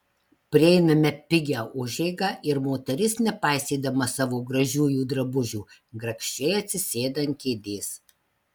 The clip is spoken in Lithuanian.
prieiname pigią užeigą ir moteris nepaisydama savo gražiųjų drabužių grakščiai atsisėda ant kėdės